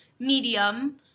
Medium